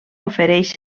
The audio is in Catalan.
ofereix